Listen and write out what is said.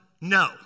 no